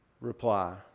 reply